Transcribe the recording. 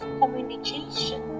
communication